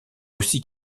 aussi